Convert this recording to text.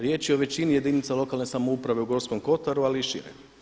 Riječ je o većini jedinica lokalne samouprave u Gorskom Kotaru ali i šire.